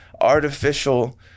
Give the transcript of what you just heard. artificial